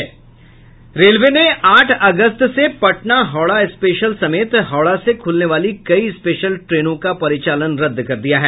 railway ने आठ अगस्त से पटना हावड़ा स्पेशल समेत हावड़ा से खुलने वाली कई स्पेशल ट्रेन का परिचालन रद्द कर दिया है